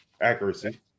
Accuracy